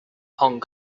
hong